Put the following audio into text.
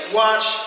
watch